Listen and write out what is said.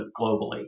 globally